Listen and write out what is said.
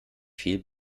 viel